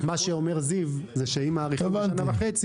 מה שאומר זיו זה שאם מאריכים בשנה וחצי